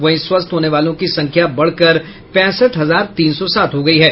वहीं स्वस्थ होने वालों की संख्या बढ़कर पैंसठ हजार तीन सौ सात हो गयी है